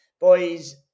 Boys